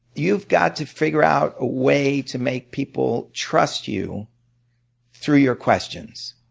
you've got to figure out a way to make people trust you through your questions.